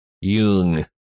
Young